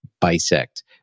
bisect